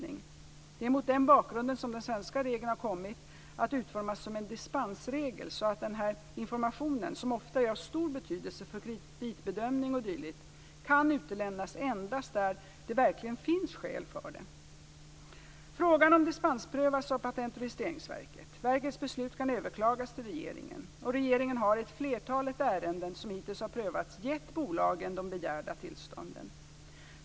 Det är mot den bakgrunden som den svenska regeln har kommit att utformas som en dispensregel så att den här informationen, som ofta är av stor betydelse för kreditbedömning o.d., kan utelämnas endast där det verkligen finns skäl för det. Frågan om dispens prövas av Patent och registreringsverket. Verkets beslut kan överklagas till regeringen. Regeringen har i flertalet ärenden som hittills har prövats gett bolagen de begärda tillstånden.